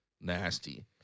Nasty